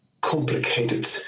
complicated